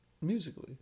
musically